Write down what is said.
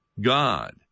God